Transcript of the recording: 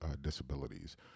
disabilities